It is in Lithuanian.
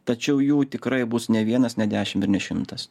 tačiau jų tikrai bus ne vienas ne dešimt ir ne šimtas